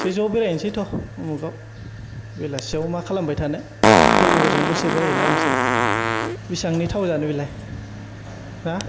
सेजौयाव बेरायहैसै थौ उमुगाव बेलासियाव मा खालामबाय थानो लोगोफोरजों दसे बेरायहैला बायनोसै बिसिबांनि थाव जानो बेलाय हो